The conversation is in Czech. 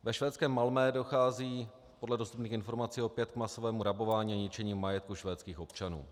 Ve švédském Malmö dochází podle dostupných informací opět k masovému rabování a ničení majetku švédských občanů.